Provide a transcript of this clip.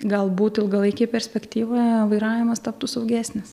galbūt ilgalaikėje perspektyvoje vairavimas taptų saugesnis